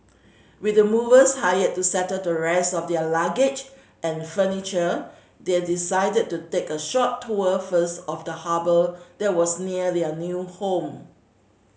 with the movers hired to settle the rest of their luggage and furniture they decided to take a short tour first of the harbour that was near their new home